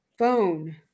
Phone